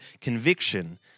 conviction